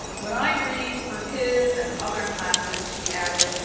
when i read for his and other classes, she added,